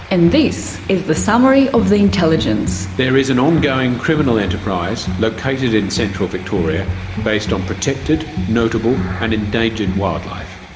and this is the summary of the intelligence operation is an ongoing criminal enterprise located in central victoria based on protected, notable and endangered wildlife.